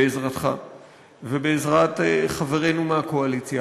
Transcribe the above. בעזרתך ובעזרת חברינו מהקואליציה,